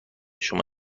شما